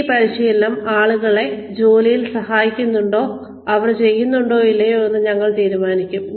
ഈ പരിശീലനം ആളുകളെ അവർ ചെയ്യുന്ന ജോലിയിൽ സഹായിക്കുന്നുണ്ടോ ഇല്ലയോ എന്ന് ഞങ്ങൾ എങ്ങനെ തീരുമാനിക്കും